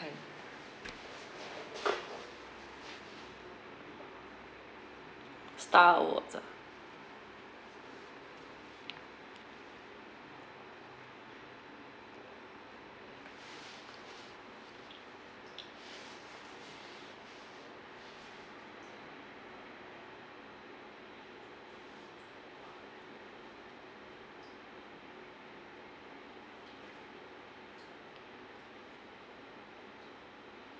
kind star awards ah